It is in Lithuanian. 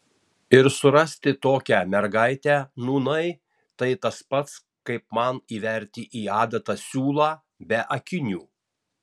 ir surasti tokią mergaitę nūnai tai tas pats kaip man įverti į adatą siūlą be akinių